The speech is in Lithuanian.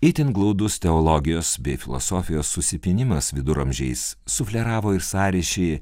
itin glaudus teologijos bei filosofijos susipynimas viduramžiais sufleravo ir sąryšį